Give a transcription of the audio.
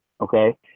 okay